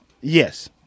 Yes